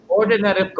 ordinary